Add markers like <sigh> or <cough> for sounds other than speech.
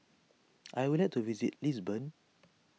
<noise> I would like to visit Lisbon